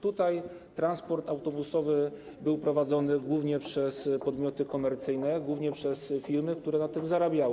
Transport autobusowy był prowadzony głównie przez podmioty komercyjne, głównie przez firmy, które na tym zarabiały.